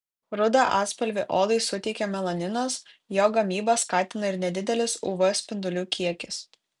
rudą atspalvį odai suteikia melaninas jo gamybą skatina ir nedidelis uv spindulių kiekis